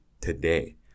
today